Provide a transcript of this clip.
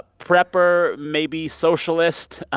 prepper, maybe socialist.